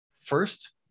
First